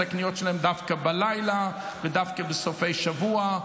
הקניות שלהם דווקא בלילה ודווקא בסופי שבוע.